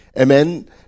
Amen